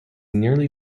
nearly